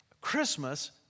Christmas